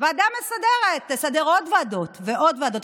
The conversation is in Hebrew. ועדה מסדרת תסדר עוד ועדות ועוד ועדות.